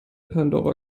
pandora